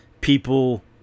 people